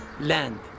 land